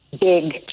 big